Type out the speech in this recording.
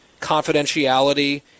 confidentiality